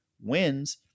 wins